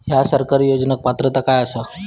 हया सरकारी योजनाक पात्रता काय आसा?